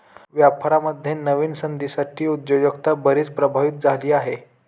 व्यापारामध्ये नव्या संधींसाठी उद्योजकता बरीच प्रभावित झाली आहे